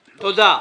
תודה.